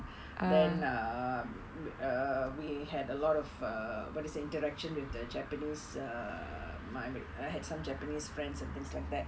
then um err we had a lot of err but what is that interaction with the japanese err my I had some japanese friends and things like that